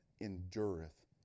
endureth